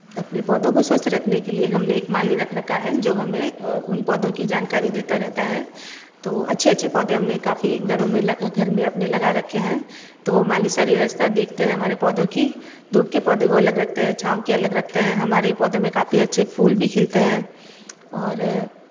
अपने पौधों को स्वस्थ रखने के लिए हमने एक माली रख रखा है जो हमें उन पौधों की जानकारी देता रहता है तो अच्छे अच्छे पौधे हमने काफ़ी घरों में घर में अपने लगा रखे हैं तो माली सारी व्यवस्था देखते हैं हमारे पौधों की धूप के पौधे वो अलग रखते हैं छाँव के अलग रखते हैं हमारे पौधों में काफ़ी अच्छे फूल भी खिलते हैं और